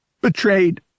Betrayed